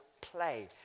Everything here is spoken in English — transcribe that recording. play